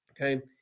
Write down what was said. okay